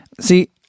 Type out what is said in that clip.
see